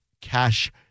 cash